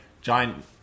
giant